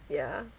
ya